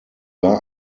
war